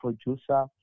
producer